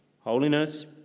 holiness